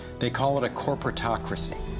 they call it a corporatocracy.